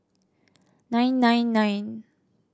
nine nine nine